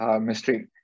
mystery